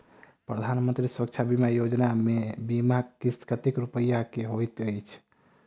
प्रधानमंत्री सुरक्षा बीमा योजना मे बीमा किस्त कतेक रूपया केँ होइत अछि?